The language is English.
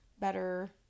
better